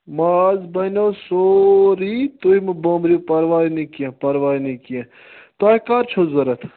ماز بَنیو سورُے تُہۍ مہٕ بامبریو پرواے نہٕ کیٚنٛہہ پرواے نہٕ کیٚنٛہہ تۄہہِ کَر چھ ضوٚرَت